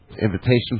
invitation